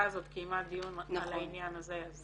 הזאת קיימה דיון על העניין הזה אז